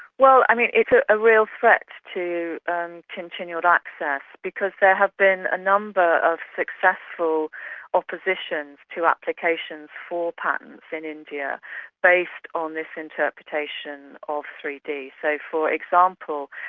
well it's ah a real threat to um continued access, because there have been a number of successful oppositions to applications for patents in india based on this interpretation of three d. so for example,